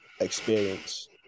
experience